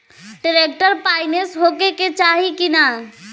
Tractor पाईनेस होखे के चाही कि ना?